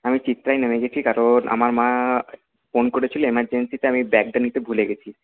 আমি চিত্রায় নেমে গেছি কারণ আমার মা ফোন করেছিলো এমারজেন্সিতে আমি ব্যাগটা নিতে ভুলে গেছি